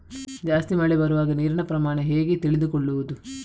ಜಾಸ್ತಿ ಮಳೆ ಬರುವಾಗ ನೀರಿನ ಪ್ರಮಾಣ ಹೇಗೆ ತಿಳಿದುಕೊಳ್ಳುವುದು?